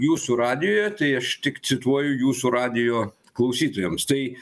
jūsų radijuje tai aš tik cituoju jūsų radijo klausytojams tai